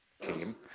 team